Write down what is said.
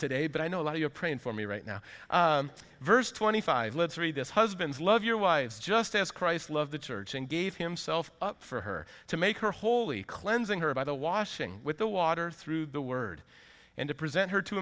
today but i know a lot of you are praying for me right now verse twenty five let's read this husbands love your wives just as christ loved the church and gave himself up for her to make her holy cleansing her by the washing with the water through the word and to present her to